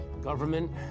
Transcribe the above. Government